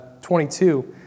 22